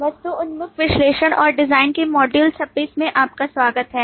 वस्तु उन्मुख विश्लेषण और डिजाइन के मॉड्यूल 26 में आपका स्वागत है